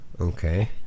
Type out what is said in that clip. Okay